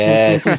Yes